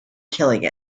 killing